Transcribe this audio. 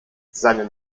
seinen